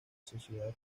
sociedad